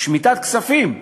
שמיטת כספים,